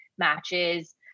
matches